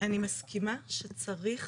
אני מסכימה שצריך